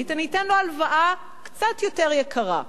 אלא אני אתן לו הלוואה קצת יותר יקרה.